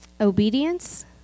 Obedience